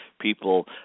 people